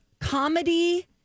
comedy